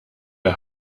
der